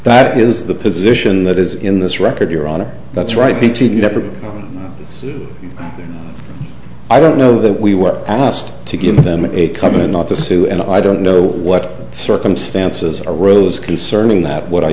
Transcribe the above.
that is the position that is in this record your honor that's right b t w i don't know that we were asked to give them a covenant not to sue and i don't know what circumstances arose concerning that what i